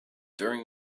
during